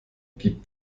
gibt